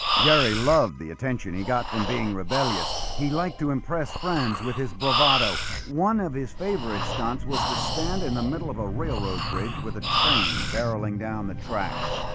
gary loved the attention he got from being rebellious he liked to impress friends with his bravado one of his favorite stunts was to stand in the middle of a railroad bridge with a train barreling down the tracks